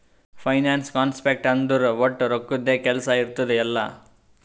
finance concept ಅಂದುರ್ ವಟ್ ರೊಕ್ಕದ್ದೇ ಕೆಲ್ಸಾ ಇರ್ತುದ್ ಎಲ್ಲಾ